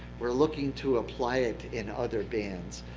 we're looking to apply it in other bands,